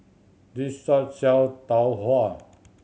this shop sell Tau Huay